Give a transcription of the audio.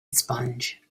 sponge